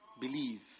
Believe